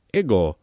ego